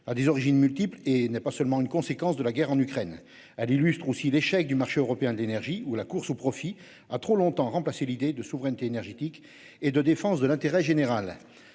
a des origines multiples et n'est pas seulement une conséquence de la guerre en Ukraine à l'illustre aussi l'échec du marché européen de l'énergie ou la course aux profits, a trop longtemps remplacé l'idée de souveraineté énergétique et de défense de l'intérêt général.